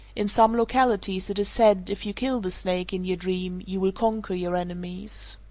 in some localities it is said if you kill the snake in your dream you will conquer your enemies.